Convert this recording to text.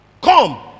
Come